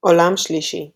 עולם שלישי כאמור,